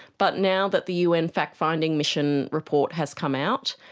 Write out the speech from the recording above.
but now that the un fact finding mission report has come out,